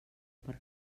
per